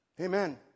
Amen